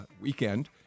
weekend